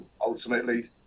ultimately